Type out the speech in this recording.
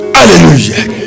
Hallelujah